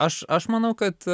aš aš manau kad